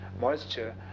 moisture